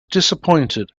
disappointed